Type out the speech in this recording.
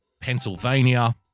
Pennsylvania